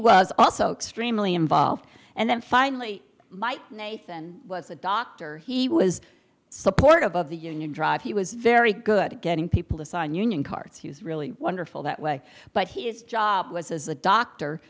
was also extremely involved and then finally mike nathan was a doctor he was supportive of the union drive he was very good at getting people to sign union cards he was really wonderful that way but his job was as a doctor